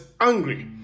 angry